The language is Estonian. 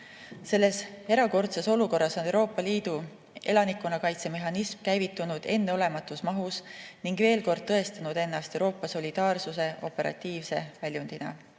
Selles erakordses olukorras on Euroopa Liidu elanikkonnakaitse mehhanism käivitunud enneolematus mahus ning veel kord tõestanud ennast Euroopa solidaarsuse operatiivse väljundina.